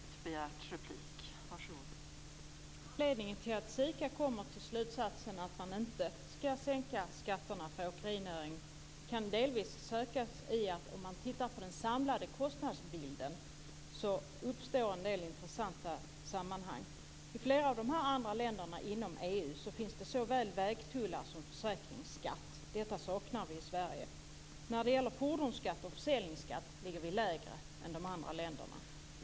Fru talman! Anledningen till att SIKA kommer till slutsatsen att man inte skall sänka skatterna för åkerinäringen kan delvis sökas i att det, om man tittar på den samlade kostnadsbilden, uppstår en del intressanta sammanhang. I flera av länderna inom EU finns det såväl vägtullar som försäkringsskatt. Detta saknar vi i Sverige. När det gäller fordonsskatt och försäljningsskatt ligger vi lägre än de andra länderna.